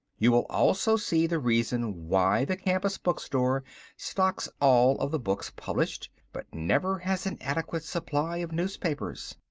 you will also see the reason why the campus bookstore stocks all of the books published, but never has an adequate supply of newspapers.